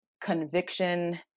Conviction